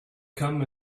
come